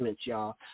y'all